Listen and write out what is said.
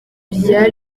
rya